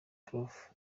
proof